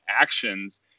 actions